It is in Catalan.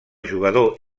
jugador